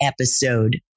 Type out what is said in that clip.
episode